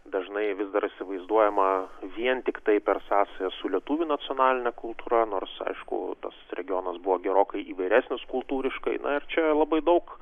dažnai vis dar įsivaizduojama vien tiktai per sąsaja su lietuvių nacionaline kultūra nors aišku tas regionas buvo gerokai įvairesnis kultūriškai na ir čia labai daug